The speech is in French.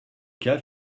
cas